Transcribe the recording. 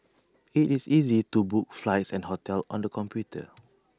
IT is easy to book flights and hotels on the computer